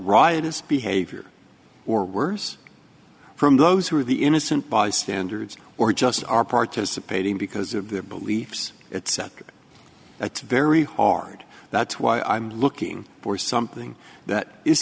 riotous behavior or worse from those who are the innocent bystanders or just are participating because of their beliefs etc it's very hard that's why i'm looking for something that is